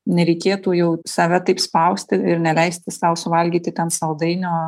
nereikėtų jau save taip spausti ir neleisti sau suvalgyti ten saldainio